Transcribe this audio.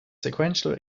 sequential